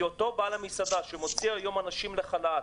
אותו בעל מסעדה שמוציא היום אנשים לחל"ת,